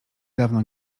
dawno